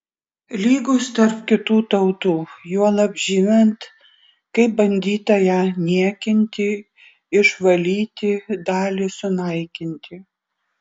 lygūs tarp kitų tautų juolab žinant kaip bandyta ją niekinti išvalyti dalį sunaikinti